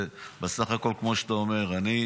ובסך הכול, כמו שאתה אומר, אני